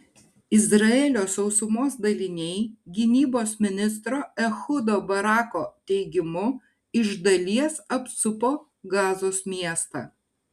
izraelio sausumos daliniai gynybos ministro ehudo barako teigimu iš dalies apsupo gazos miestą